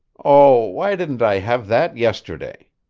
oh, why didn't i have that yesterday?